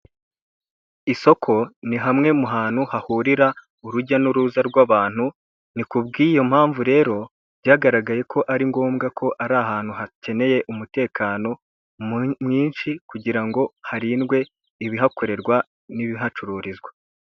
Isoko ni hamwe mu hantu hahurira urujya n'uruza rw'abantu, ni kubw'iyo mpamvu rero byagaragaye ko ari ngombwa ko ari ahantu hakeneye umutekano mwinshi kugira ngo harindwe ibihakorerwa n'ibihacururizwa.